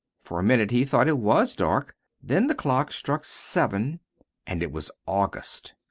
for a minute he thought it was dark then the clock struck seven and it was august.